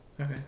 okay